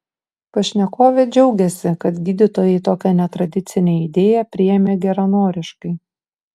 pašnekovė džiaugiasi kad gydytojai tokią netradicinę idėją priėmė geranoriškai